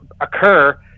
occur